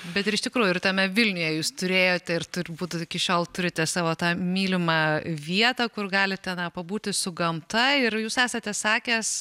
bet ir iš tikrųjų ir tame vilniuje jūs turėjote ir turbūt iki šiol turite savo tą mylimą vietą kur galite pabūti su gamta ir jūs esate sakęs